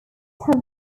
have